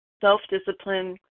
self-discipline